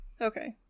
okay